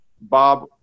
Bob